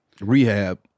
rehab